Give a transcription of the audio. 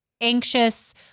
anxious